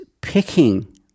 picking